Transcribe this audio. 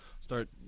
start